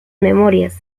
memorias